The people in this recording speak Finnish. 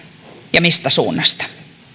ja mistä suunnasta